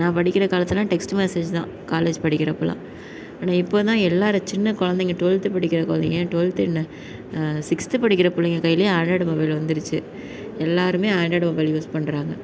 நான் படிக்கிற காலத்தில் டெக்ஸ்ட் மெசேஜ்தான் காலேஜ் படிக்கிறப்பலாம் ஆனால் இப்போதான் எல்லாரும் சின்ன குழந்தைங்க டூவல்த்து படிக்கிற குழந்தைங்க டூவல்த் என்ன சிக்ஸ்த் படிக்கிற பிள்ளைங்க கையிலையே ஆண்ட்ராய்ட் மொபைல் வந்துருச்சு எல்லோருமே ஆண்ட்ராய்ட் மொபைல் யூஸ் பண்ணுறாங்க